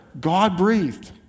God-breathed